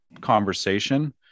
conversation